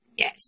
Yes